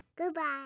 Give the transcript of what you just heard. Goodbye